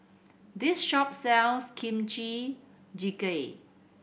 this shop sells Kimchi Jjigae